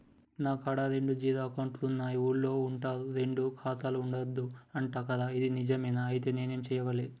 నా కాడా రెండు జీరో అకౌంట్లున్నాయి ఊళ్ళో అంటుర్రు రెండు ఖాతాలు ఉండద్దు అంట గదా ఇది నిజమేనా? ఐతే నేనేం చేయాలే?